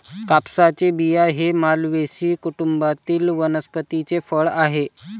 कापसाचे बिया हे मालवेसी कुटुंबातील वनस्पतीचे फळ आहे